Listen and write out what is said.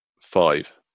five